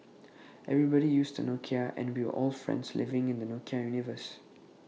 everybody used A Nokia and we were all friends living in the Nokia universe